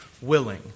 willing